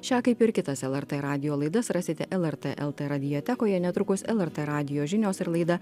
šią kaip ir kitas lrt radijo laidas rasite lrt lt radiotekoje netrukus lrt radijo žinios ir laida